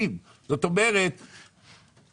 הרי לא יקבלו את זה חזרה.